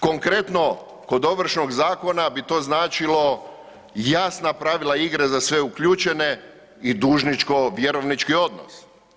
Konkretno kod Ovršnog zakona bi to značilo jasna pravila igre za sve uključene i dužničko vjerovnički odnos.